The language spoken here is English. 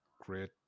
great